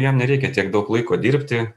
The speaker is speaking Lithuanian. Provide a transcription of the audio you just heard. jam nereikia tiek daug laiko dirbti